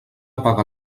apaga